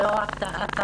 זה לא רק התעסוקה.